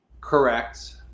Correct